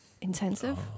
Intensive